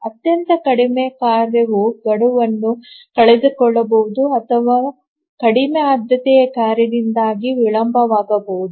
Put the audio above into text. ಅತ್ಯಂತ ಕಡಿಮೆ ಕಾರ್ಯವು ಗಡುವನ್ನು ಕಳೆದುಕೊಳ್ಳಬಹುದು ಅಥವಾ ಕಡಿಮೆ ಆದ್ಯತೆಯ ಕಾರ್ಯದಿಂದಾಗಿ ವಿಳಂಬವಾಗಬಹುದು